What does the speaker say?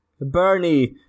Bernie